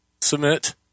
submit